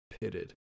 Pitted